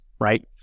right